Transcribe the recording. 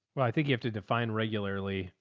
well, i think you have to define regularly.